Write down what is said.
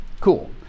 Cool